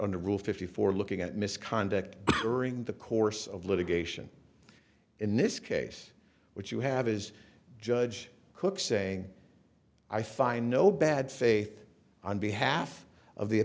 under rule fifty four looking at misconduct during the course of litigation in this case what you have is judge cook saying i find no bad faith on behalf of the